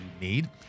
need